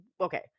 Okay